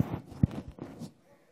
אדוני